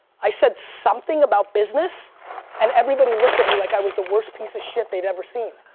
i said something about business and everybody looked at me like i was the worst piece of shit they'd ever seen.